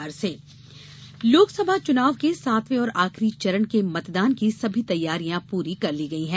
मतदान अंतिम चरण लोकसभा चुनाव के सातवें और आखिरी चरण के मतदान की सभी तैयारियां पूरी कर ली गई हैं